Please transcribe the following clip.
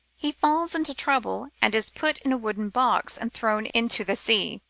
he falls into trouble and is put in a wooden box and thrown into the sea.